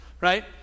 Right